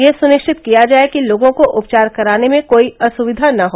यह सुनिश्चित किया जाए कि लोगों को उपचार कराने में कोई असुविधा न हो